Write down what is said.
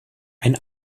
ein